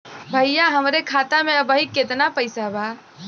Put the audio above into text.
भईया हमरे खाता में अबहीं केतना पैसा बा?